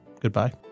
goodbye